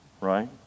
Right